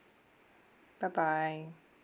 bye bye